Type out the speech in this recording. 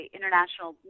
International